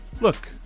look